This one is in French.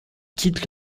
quitte